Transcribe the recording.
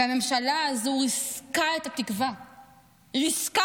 והממשלה הזו ריסקה את